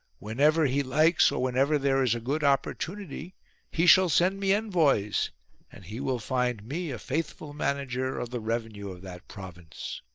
whenever he likes or whenever there is a good opportunity he shall send me envoys and he will find me a faith ful manager of the revenue of that province.